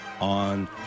on